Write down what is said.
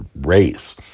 race